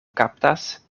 kaptas